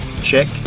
check